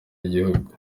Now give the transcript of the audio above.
y’igihugu